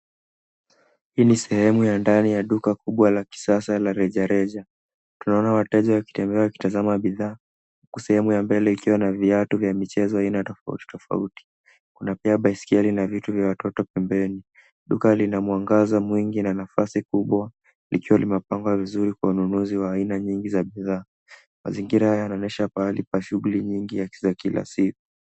Hii ni sehemu ya ndani ya duka kubwa la kisasa la rejareja. Tunaona wateja wakitembea wakitazama bidhaa huku sehemu ya mbele likiwa na viatu vya michezo aina tofauti tofauti. Kuna pia baisikeli na vitu vya watoto pembeni. Duka lina mwangaza mwingi na nafasi kubwa likiwa limepangwa vizuri kwa wanunuzi wa aina nyingi za bidhaa. Mazingira haya yanonyesha pahali pa shughuli nyingi za kila siku.